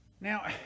Now